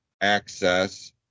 access